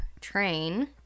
train